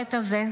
בבית הזה,